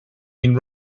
been